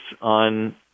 on